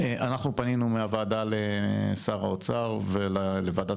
אנחנו פנינו מהוועדה לשר האוצר ולוועדת